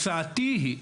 הצעתי היא,